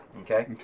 okay